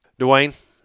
Dwayne